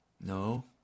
No